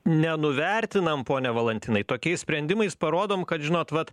nenuvertinam pone valantinai tokiais sprendimais parodom kad žinot vat